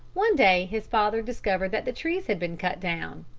one day his father discovered that the trees had been cut down,